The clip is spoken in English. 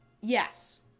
Yes